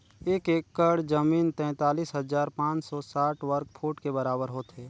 एक एकड़ जमीन तैंतालीस हजार पांच सौ साठ वर्ग फुट के बराबर होथे